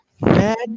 mad